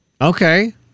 Okay